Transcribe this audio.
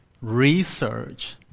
research